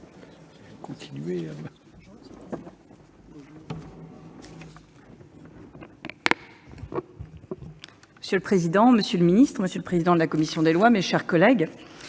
Monsieur le président, monsieur le ministre, monsieur le président de la commission des lois, mes chers collègues,